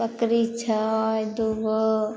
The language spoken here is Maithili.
बकरी छै दूगो